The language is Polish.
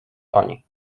oni